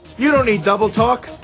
you don't need double talk.